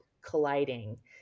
colliding